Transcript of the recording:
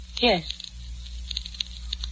Yes